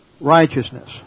righteousness